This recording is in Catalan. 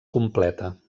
completa